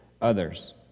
others